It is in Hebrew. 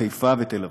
חיפה ותל-אביב.